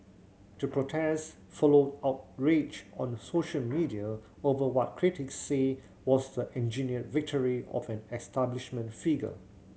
the protest followed outrage on the social media over what critics say was the engineered victory of an establishment figure